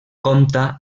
compta